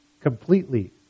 completely